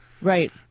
Right